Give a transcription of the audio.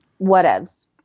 whatevs